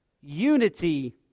unity